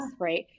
right